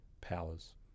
powers